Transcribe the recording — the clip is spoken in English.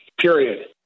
period